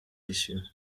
issue